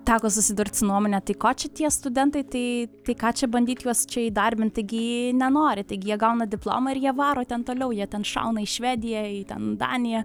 teko susidurt su nuomone tai ko čia tie studentai tai tai ką čia bandyt juos čia įdarbint taigi jie nenori taigi jie gauna diplomą ir jie varo ten toliau jie ten šauna į švediją į ten daniją